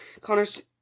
Connors